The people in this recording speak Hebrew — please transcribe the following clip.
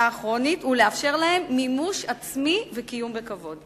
הכרוני ולאפשר להם מימוש עצמי וקיום בכבוד.